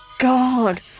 God